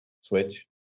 switch